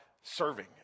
serving